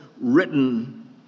written